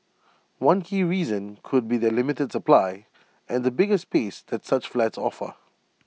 one key reason could be their limited supply and the bigger space that such flats offer